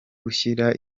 gushyira